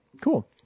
Cool